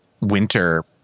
winter